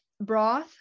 broth